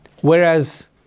whereas